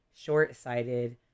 short-sighted